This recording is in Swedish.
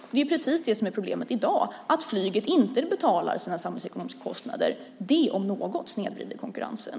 Men det är ju precis det som är problemet i dag, nämligen att flyget inte betalar sina samhällsekonomiska kostnader. Det om något snedvrider konkurrensen.